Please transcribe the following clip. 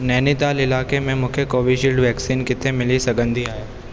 नैनीताल इलाइक़े में मूंखे कोवीशील्ड वैक्सीन किथे मिली सघंदी आहे